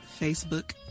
Facebook